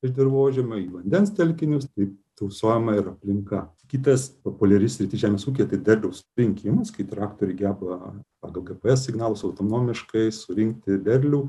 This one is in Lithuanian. iš dirvožemio į vandens telkinius tai tausojama ir aplinka kitas populiari sritis žemės ūkyje derliaus rinkimas kai traktoriai geba pagal gps signalus autonomiškai surinkti derlių